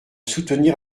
soutenir